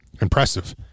Impressive